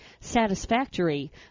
satisfactory